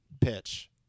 pitch